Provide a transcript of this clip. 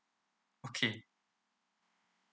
okay